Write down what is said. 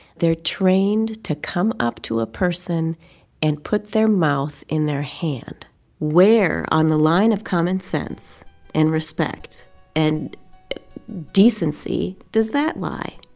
they're trained to come up to a person and put their mouth in their hand where on the line of common sense and respect and decency does that lie?